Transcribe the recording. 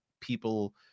people